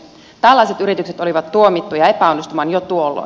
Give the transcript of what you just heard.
tällaiset yritykset olivat tuomittuja epäonnistumaan jo tuolloin